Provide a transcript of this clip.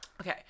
Okay